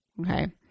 Okay